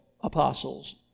apostles